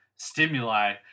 stimuli